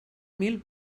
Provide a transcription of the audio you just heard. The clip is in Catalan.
mil